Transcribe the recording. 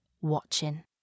watching